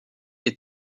est